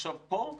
עכשיו, פה,